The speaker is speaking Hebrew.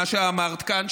מה שאמרת כאן,